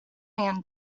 man